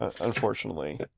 unfortunately